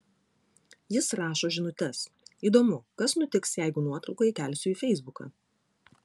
jis rašo žinutes įdomu kas nutiks jeigu nuotrauką įkelsiu į feisbuką